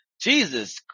Jesus